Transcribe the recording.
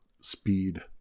speed